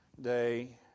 day